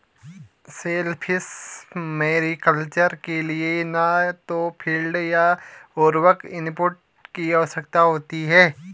shellfish mariculture के लिए न तो फ़ीड या उर्वरक इनपुट की आवश्यकता होती है